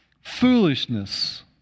Foolishness